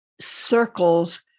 circles